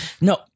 No